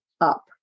up